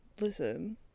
Listen